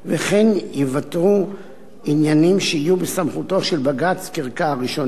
וכן ייוותרו עניינים שיהיו בסמכותו של בג"ץ כערכאה ראשונה.